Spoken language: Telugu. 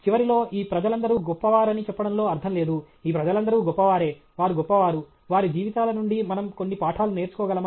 చివరిలో ఈ ప్రజలందరూ గొప్పవారని చెప్పడంలో అర్థం లేదు ఈ ప్రజలందరూ గొప్పవారే వారు గొప్పవారు వారి జీవితాల నుండి మనము కొన్ని పాఠాలు నేర్చుకోగలమా